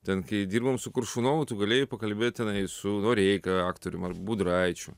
ten kai dirbom su kuršunovu tu galėjai pakalbėt su noreika aktorium ar budraičiu